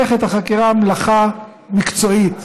מלאכת החקירה היא מלאכה מקצועית,